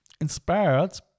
inspired